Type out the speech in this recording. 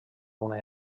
una